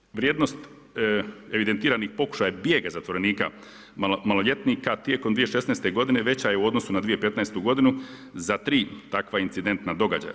Ukupna vrijednost evidentiranih pokušaja bijega zatvorenika maloljetnika tijekom 2016. godine veća je u odnosu na 2015. godinu za tri takva incidentna događaja.